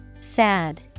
Sad